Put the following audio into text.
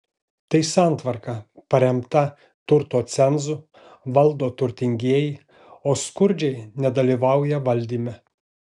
tai santvarka paremta turto cenzu valdo turtingieji o skurdžiai nedalyvauja valdyme